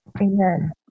Amen